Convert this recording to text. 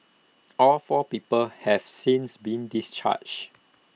all four people have since been discharged